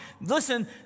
Listen